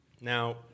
Now